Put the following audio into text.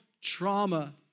trauma